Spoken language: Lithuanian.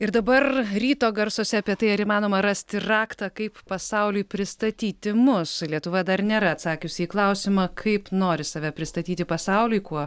ir dabar ryto garsuose apie tai ar įmanoma rasti raktą kaip pasauliui pristatyti mus lietuva dar nėra atsakiusi į klausimą kaip nori save pristatyti pasauliui kuo